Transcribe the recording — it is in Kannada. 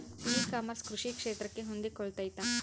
ಇ ಕಾಮರ್ಸ್ ಕೃಷಿ ಕ್ಷೇತ್ರಕ್ಕೆ ಹೊಂದಿಕೊಳ್ತೈತಾ?